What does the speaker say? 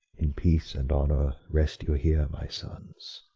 in peace and honour rest you here, my sons!